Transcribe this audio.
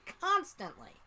constantly